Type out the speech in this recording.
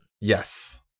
yes